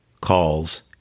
calls